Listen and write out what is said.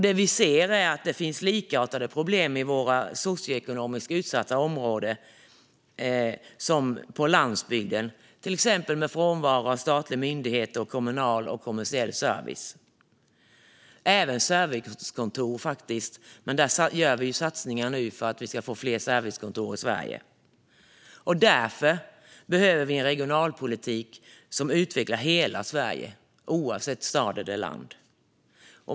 Det vi ser är att det finns likartade problem i våra socioekonomiskt utsatta områden som på landsbygden. Det gäller till exempel frånvaro av statliga myndigheter och kommunal och kommersiell service. Det gäller även servicekontor. Där gör vi nu satsningar för att vi ska få fler servicekontor i Sverige. Därför behöver vi en regionalpolitik som utvecklar hela Sverige oavsett om det är stad eller land.